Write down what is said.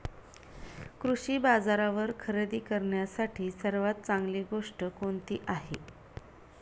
कृषी बाजारावर खरेदी करण्यासाठी सर्वात चांगली गोष्ट कोणती आहे?